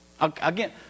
Again